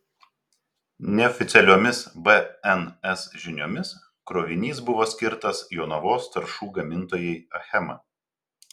neoficialiomis bns žiniomis krovinys buvo skirtas jonavos trąšų gamintojai achema